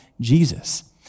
Jesus